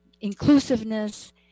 inclusiveness